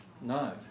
No